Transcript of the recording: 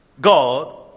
God